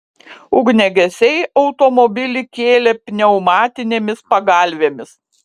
ugniagesiai automobilį kėlė pneumatinėmis pagalvėmis